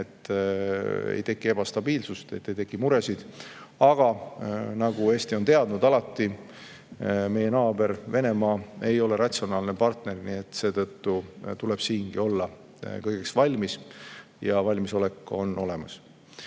et ei teki ebastabiilsust, ei teki muresid. Aga nagu Eesti on alati teadnud, meie naaber Venemaa ei ole ratsionaalne partner, nii et seetõttu tuleb siingi olla kõigeks valmis. Aga valmisolek on meil olemas.